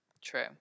true